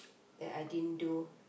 that I didn't do